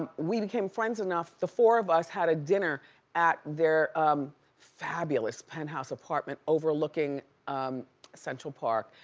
we became friends enough, the four of us had a dinner at their fabulous penthouse apartment overlooking central park,